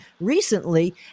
recently